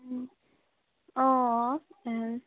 অঁ